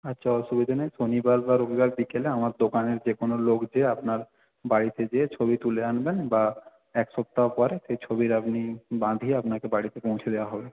আচ্ছা অসুবিধে নেই শনিবার বা রবিবার বিকেলে আমার দোকানের যে কোনও লোক যেয়ে আপনার বাড়িতে যেয়ে ছবি তুলে আনবেন বা এক সপ্তাহ পরে সেই ছবির আপনি বাঁধিয়ে আপনাকে বাড়িতে পৌঁছে দেওয়া হবে